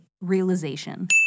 realization